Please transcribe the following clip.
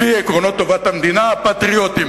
לפי עקרונות טובת המדינה הפטריוטיים?